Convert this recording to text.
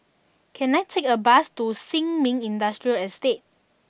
can I take a bus to Sin Ming Industrial Estate